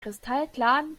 kristallklaren